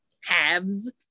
halves